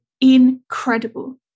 incredible